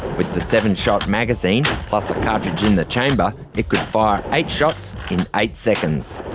with the seven shot magazine, plus a cartridge in the chamber, it could fire eight shots in eight seconds.